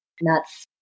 nuts